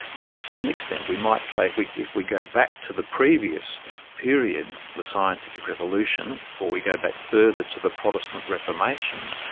but to some extent we might say, if we if we go back to the previous period, the scientific revolution or we go back further to the protestant reformation,